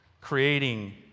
creating